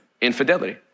infidelity